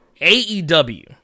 AEW